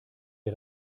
wir